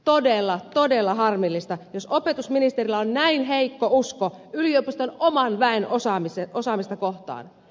todella todella harmillista jos opetusministerillä on näin heikko usko yliopiston oman väen osaamista kohtaan